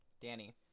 Danny